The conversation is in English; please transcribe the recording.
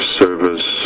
service